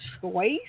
choice